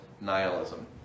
nihilism